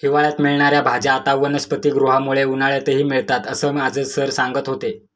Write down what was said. हिवाळ्यात मिळणार्या भाज्या आता वनस्पतिगृहामुळे उन्हाळ्यातही मिळतात असं माझे सर सांगत होते